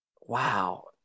wow